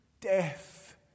death